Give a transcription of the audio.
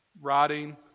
rotting